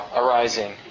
arising